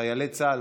חיילי צה"ל,